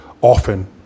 often